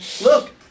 Look